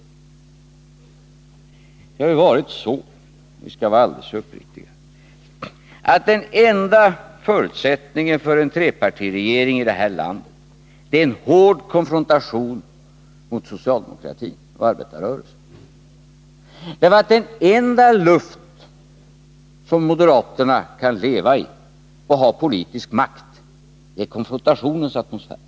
Det har ju varit så, om vi skall vara alldeles uppriktiga, att den enda förutsättningen för en trepartiregering i det här landet är en hård konfrontation mot socialdemokratin och arbetarrörelsen. Den enda luft som moderaterna kan leva i och ha politisk makt i är konfrontationens atmosfär.